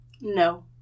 No